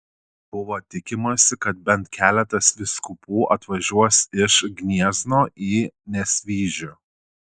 buvo tikimasi kad bent keletas vyskupų atvažiuos iš gniezno į nesvyžių